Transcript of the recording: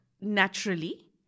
naturally